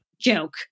joke